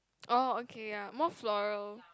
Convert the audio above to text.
oh okay ya more floral